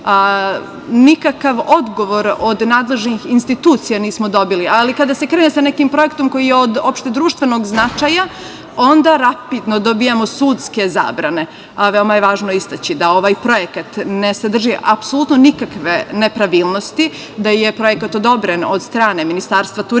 nikakav od odgovor od nadležnih institucija nismo dobili, ali kada se krene sa nekim projektom koji je od opštedruštvenog značaja, onda rapidno dobijamo sudske zabrane. Veoma je važno istaći da ovaj projekat ne sadrži apsolutno nikakve nepravilnosti, da je projekat odobren od strane Ministarstva turizma,